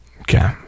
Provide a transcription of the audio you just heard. Okay